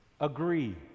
agree